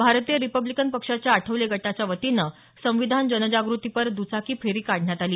भारतीय रिपब्लिकन पक्षाच्या आठवले गटाच्या वतीनं संविधान जनजागृतीपर दचाकी फेरी काढण्यात आली